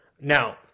Now